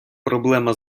проблема